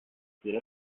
jeder